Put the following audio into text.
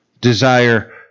Desire